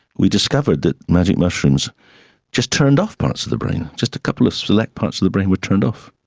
we discovered that magic mushrooms just turned off parts of the brain, just a couple of select parts of the brain were turned off.